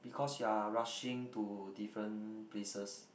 because you are rushing to different places